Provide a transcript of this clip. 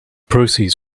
proceeds